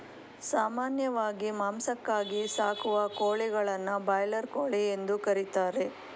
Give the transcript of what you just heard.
ಸಾಮಾನ್ಯವಾಗಿ ಮಾಂಸಕ್ಕಾಗಿ ಸಾಕುವ ಕೋಳಿಗಳನ್ನು ಬ್ರಾಯ್ಲರ್ ಕೋಳಿ ಎಂದು ಕರಿತಾರೆ